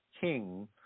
king